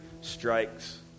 strikes